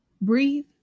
Breathe